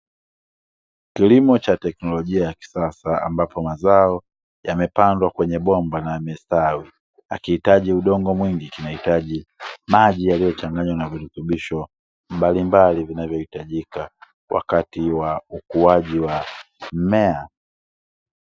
Kilimo cha teknolojia ya kisasa ambapo mazao yamepandwa kwenye bomba na yamestawi hakihitaji udongo mwingi kinahitaji maji yaliyochanganywa na virutubisho mbalimbali vinavyohitajika wakati wa ukuaji wa mmea.